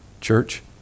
church